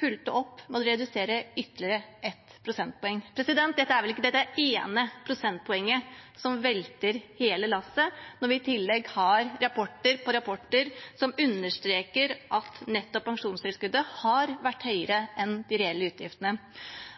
fulgte opp med å redusere det med ytterligere ett prosentpoeng. Det er vel ikke det ene prosentpoenget som velter hele lasset, når vi i tillegg har rapport på rapport som understreker at nettopp pensjonstilskuddet har vært høyere enn de reelle utgiftene.